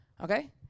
Okay